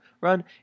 run